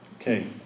Okay